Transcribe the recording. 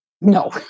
No